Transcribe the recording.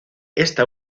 esta